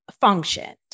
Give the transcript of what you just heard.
functioned